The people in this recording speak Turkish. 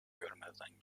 görmezden